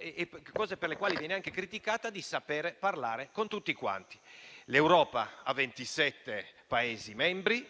e cosa per la quale viene anche criticata, di saper parlare con tutti. L'Europa ha 27 Paesi membri;